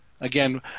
Again